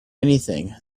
anything